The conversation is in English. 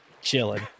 chilling